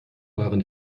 waren